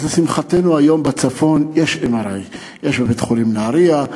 אז לשמחתנו היום בצפון יש MRI. יש בבית-חולים בנהרייה.